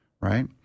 right